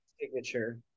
signature